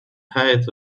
height